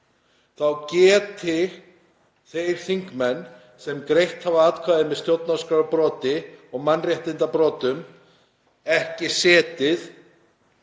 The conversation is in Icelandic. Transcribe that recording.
þá geti þeir þingmenn sem greitt hafa atkvæði með stjórnarskrárbroti og mannréttindabrotum ekki setið